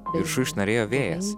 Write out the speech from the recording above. viršuj šnarėjo vėjas